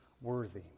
Worthy